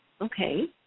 okay